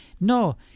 No